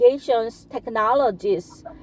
technologies